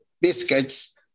biscuits